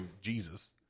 Jesus